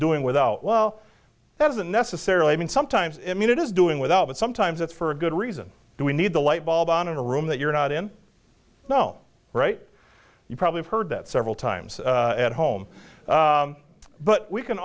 doing without well that doesn't necessarily mean sometimes immune it is doing without but sometimes it's for a good reason and we need the light bulb on in the room that you're not in no right you probably heard that several times at home but we can